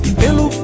pelo